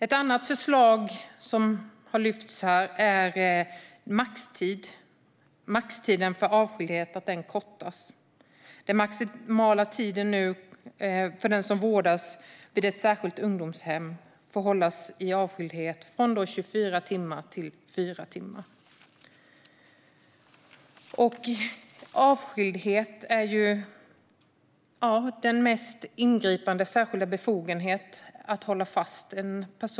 Ett annat förslag som har lyfts fram här är att maxtiden för avskildhet kortas, det vill säga att den maximala tid den som vårdas vid ett särskilt ungdomshem får hållas i avskildhet kortas från 24 timmar till 4 timmar. Att hålla någon i avskildhet är den mest ingripande särskilda befogenheten.